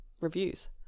reviews